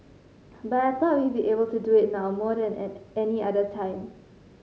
but I thought we'd be able to do it now more than at any other time